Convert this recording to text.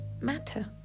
matter